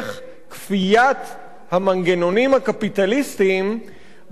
כפיית המנגנונים הקפיטליסטיים בסופו של